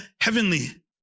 heavenly